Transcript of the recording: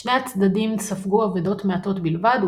שני הצדדים ספגו אבידות מעטות בלבד,